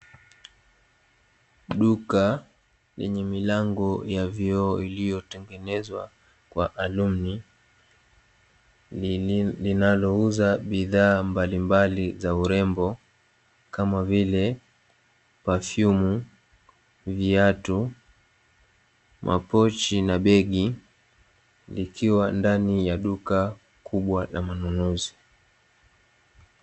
Duka lenye milango ya vioo iliyotengenezwa kwa alumni, linalouza bidhaa mbalimbali za urembo, kama vile: pafiumu, viatu, mapochi na begi, likiwa ndani ya duka kubwa la manunuzi.